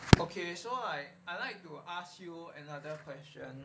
okay so like I I like to ask you another question